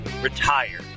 retire